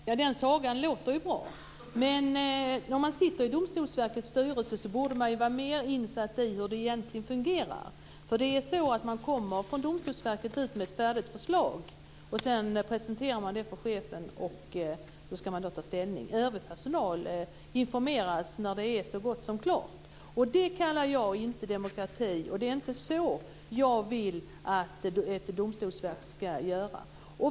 Herr talman! Den sagan låter ju bra. Men om man sitter i Domstolsverkets styrelse borde man vara mer insatt i hur det egentligen fungerar. Det är så att man kommer från Domstolsverket ut med ett färdigt förslag och presenterar det för chefen. Sedan ska man ta ställning till det. Övrig personal informeras när det är så gott som klart. Och det kallar inte jag demokrati. Det är inte så jag vill att ett domstolsverk ska göra.